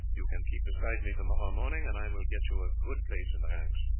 you can keep beside me to-morrow morning and i will get you a good place in the ranks.